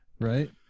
right